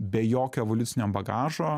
be jokio evoliucinio bagažo